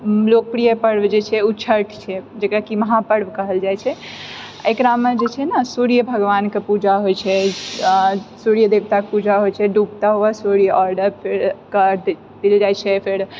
लोकप्रिय पर्व जे छै उ छठ छै जकरा कि महापर्व कहल जाइ छै एकरामे जे छै ने सूर्य भगवानके पूजा होइ छै आओर सूर्य देवताके पूजा होइ छै डूबता हुआ सूर्य आओर फेर अर्घ्य देल जाइ छै फेर